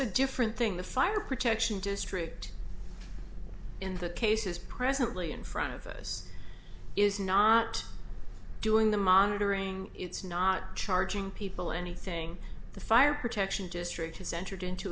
a different thing the fire protection district in the case is presently in front of us is not doing the monitoring it's not charging people anything the fire protection district has entered into